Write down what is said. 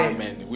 Amen